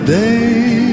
day